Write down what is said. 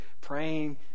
praying